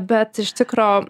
bet iš tikro